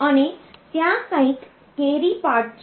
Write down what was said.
અને ત્યાં કંઈક કેરી પાર્ટ છે